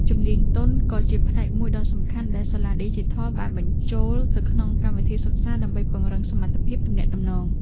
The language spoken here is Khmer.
ជំនាញទន់ក៏ជាផ្នែកមួយដ៏សំខាន់ដែលសាលាឌីជីថលបានបញ្ចូលទៅក្នុងកម្មវិធីសិក្សាដើម្បីពង្រឹងសមត្ថភាពទំនាក់ទំនង។